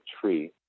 tree